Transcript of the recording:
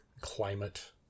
climate